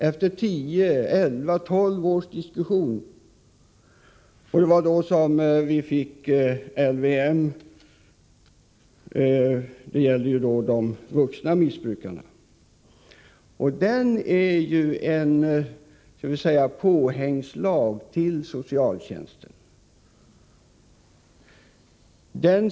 Efter tio, elva eller tolv års diskussion fick vi LVM, som avsåg de vuxna missbrukarna. Den lagen är ju en påhängslag till socialtjänstlagen.